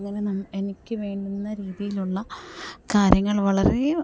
അങ്ങനെ എനിക്ക് വേണ്ടുന്ന രീതിയിലുള്ള കാര്യങ്ങൾ വളരേ